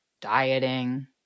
dieting